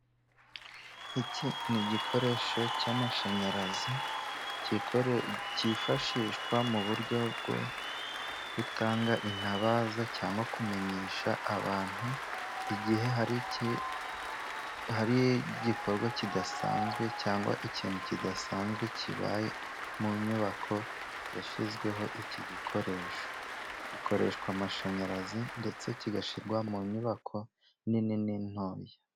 Iki ni igikoresho cy'amashanyarazi, cyifashishwa mu buryo bwo gutanga intabaza, cyangwa kumenyesha abantu igihe hari igikorwa kidasanzwe, cyangwa ikintu kidasanzwe kibaye mu nyubako yashyizweho iki gikoresho. Gikoreshwa amashanyarazi ndetse kigashyirwa mu nyubako nini n'intoya.